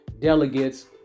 delegates